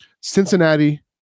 Cincinnati